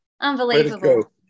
unbelievable